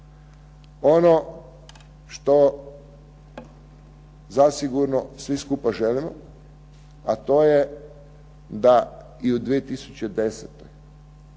Ono što zasigurno svi skupa želimo, a to je da i u 2010.